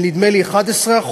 נדמה לי של 11%,